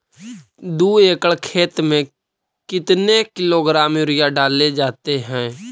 दू एकड़ खेत में कितने किलोग्राम यूरिया डाले जाते हैं?